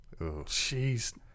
Jeez